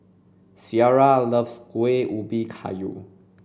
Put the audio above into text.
Ciarra loves Kuih Ubi Kayu